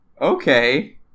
okay